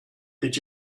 did